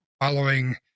following